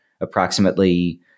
approximately